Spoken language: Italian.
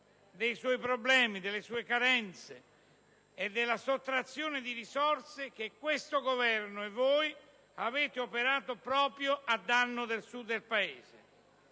dei suoi problemi, delle sue carenze e della sottrazione di risorse che questo Governo e voi avete operato proprio a danno del Sud del Paese.